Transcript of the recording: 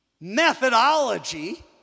methodology